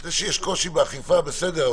זה שיש קושי באכיפה זה בסדר,